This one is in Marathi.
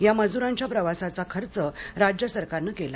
या मजुरांच्या प्रवासाचा खर्च राज्य सरकारने केला